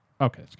Okay